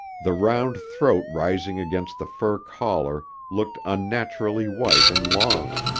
the round throat rising against the fur collar looked unnaturally white and long.